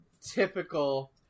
typical